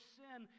sin